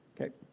Okay